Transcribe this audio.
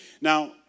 Now